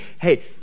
hey